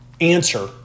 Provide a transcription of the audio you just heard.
answer